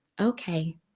Okay